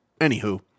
Anywho